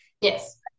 Yes